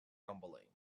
rumbling